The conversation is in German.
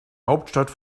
hauptstadt